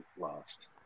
lost